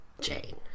Jane